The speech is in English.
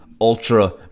ultra